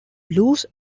loose